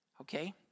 Okay